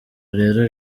rero